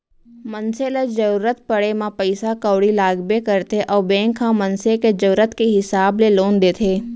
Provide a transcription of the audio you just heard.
मनसे ल जरूरत परे म पइसा कउड़ी लागबे करथे अउ बेंक ह मनसे के जरूरत के हिसाब ले लोन देथे